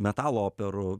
metalo operų